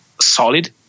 solid